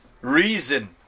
reason